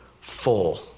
full